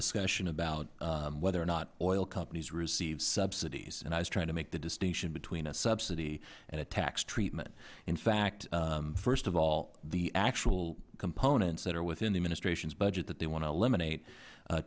discussion about whether or not oil companies receive subsidies and i was trying to make the distinction between a subsidy and a tax treatment in fact first of all the actual components that are within the administration's budget that they want to eliminate